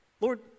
Lord